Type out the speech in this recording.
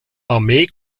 armee